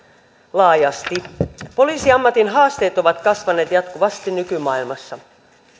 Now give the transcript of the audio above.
laajasti poliisiammatin haasteet ovat kasvaneet jatkuvasti nykymaailmassa